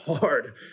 hard